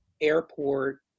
airport